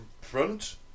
front